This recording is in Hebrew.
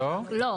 לא.